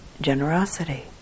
generosity